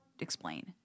explain